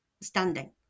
standing